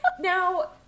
Now